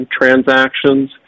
transactions